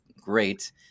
great